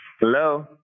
Hello